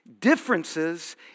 Differences